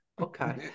Okay